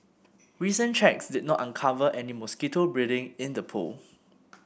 recent checks did not uncover any mosquito breeding in the pool